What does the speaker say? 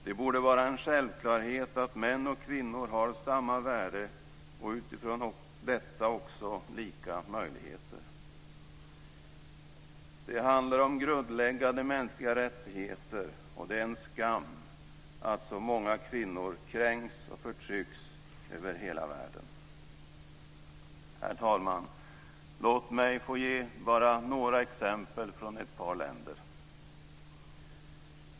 Det borde vara en självklarhet att män och kvinnor har samma värde och utifrån detta också lika möjligheter. Det handlar om grundläggande mänskliga rättigheter. Det är en skam att så många kvinnor kränks och förtrycks över hela världen. Herr talman! Låt mig få ge bara några exempel från ett par länder.